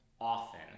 often